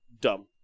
dumb